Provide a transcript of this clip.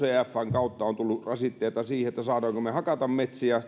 kautta on tullut rasitteita siihen saammeko me hakata metsiä